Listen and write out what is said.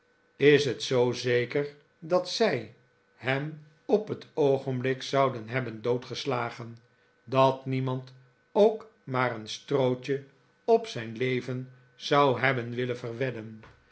is het zoo zeker dat zij hem op het oogenblik zouden hebben doodgeslagen dat niemand ook maar een strootje op zijn leven zou hebben willen verwedden